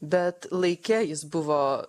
bet laike jis buvo